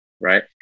right